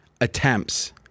attempts